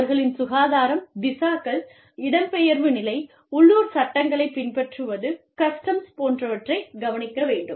அவர்களின் சுகாதாரம் விசாக்கள் இடம்பெயர்வு நிலை உள்ளூர் சட்டங்களைப் பின்பற்றுவது கஸ்டம்ஸ் போன்றவற்றைக் கவனிக்க வேண்டும்